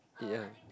ya